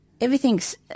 everything's